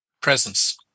presence